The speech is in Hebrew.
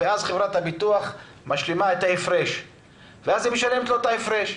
ואז חברת הביטוח משלימה ומשלמת לו את ההפרש.